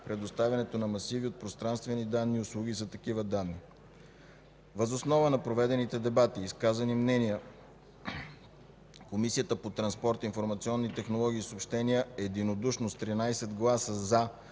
предоставянето на масиви от пространствени данни и услуги за такива данни. Въз основа на проведените дебати и изказаните мнения Комисията по транспорт, информационни технологии и съобщения единодушно с 13 гласа „за”